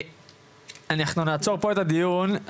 אנחנו נעצור פה את הדיון.